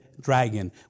dragon